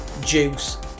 Juice